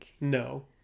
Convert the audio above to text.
No